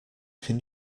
can